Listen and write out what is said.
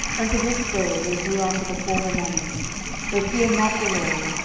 unto this day they do after the former manners they fear not the lord,